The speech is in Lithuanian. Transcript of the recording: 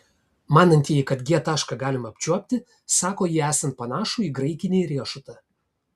manantieji kad g tašką galima apčiuopti sako jį esant panašų į graikinį riešutą